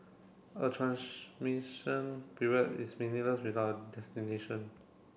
a transmission period is meaningless without a destination